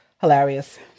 hilarious